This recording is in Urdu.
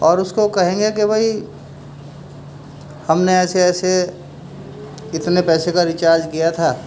اور اس کو کہیں گے کہ بھائی ہم نے ایسے ایسے کتنے پیسے کا ریچارج کیا تھا